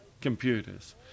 computers